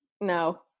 no